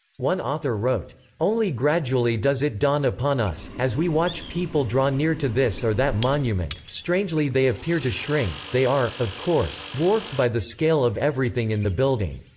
one author wrote only gradually does it dawn upon us as we watch people draw near to this or that monument, strangely they appear to shrink they are, of course, dwarfed by the scale of everything in the building.